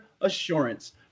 Assurance